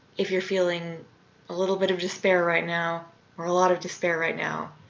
if you're feeling a little bit of despair right now or a lot of despair right now,